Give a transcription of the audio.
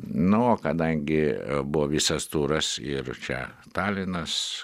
nu o kadangi buvo visas turas ir čia talinas